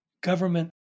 government